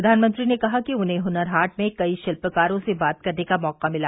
प्रधानमंत्री ने कहा कि उन्हें हुनर हाट में कई शिल्पकारों से बात करने का मौका मिला